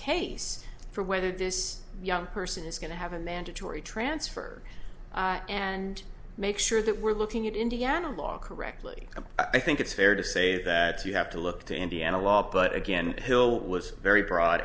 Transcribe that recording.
case for whether this young person is going to have a mandatory transfer and make sure that we're looking at indiana law correctly and i think it's fair to say that you have to look to indiana law but again hill was very broad